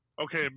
okay